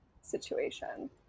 situation